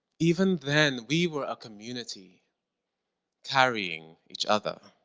even then we were a community carrying each other.